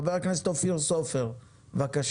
חבר הכנסת אופיר סופר בבקשה.